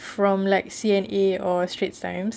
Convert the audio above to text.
from like C_N_A or straits times